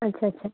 আচ্ছা আচ্ছা